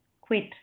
quit